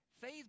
faith